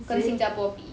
跟新加坡比